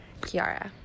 Kiara